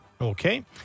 Okay